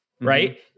right